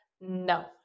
No